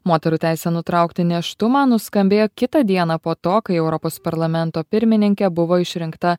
moterų teisę nutraukti nėštumą nuskambėjo kitą dieną po to kai europos parlamento pirmininke buvo išrinkta